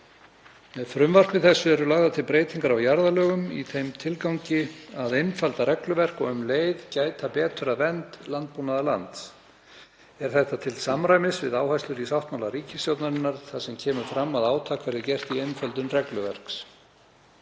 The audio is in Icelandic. Með frumvarpinu eru lagðar til breytingar á jarðalögum í þeim tilgangi að einfalda regluverk og um leið gæta betur að vernd landbúnaðarlands. Er það til samræmis við áherslur í sáttmála ríkisstjórnarinnar þar sem kemur fram að átak verði gert í einföldun regluverks.